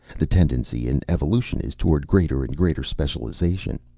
the tendency in evolution is toward greater and greater specialization.